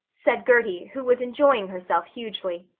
said gertie, who was enjoying herself hugely.